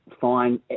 fine